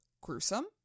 Gruesome